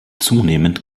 zunehmend